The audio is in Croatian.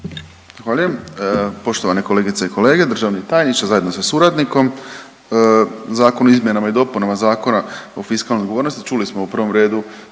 Hvala.